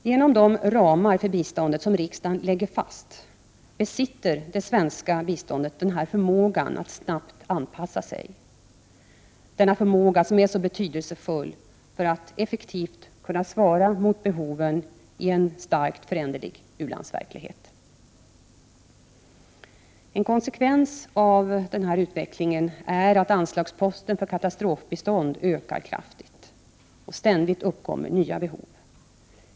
Genom de ramar för biståndet som riksdagen lägger fast besitter det svenska biståndet denna förmåga till snabb anpassning, så betydelsefull för att effektivt kunna svara mot behoven i en starkt föränderlig u-landsverklighet. En konsekvens av denna utveckling är att anslagsposten för katastrofbistånd ökar kraftigt. Ständigt uppkommer nya behov.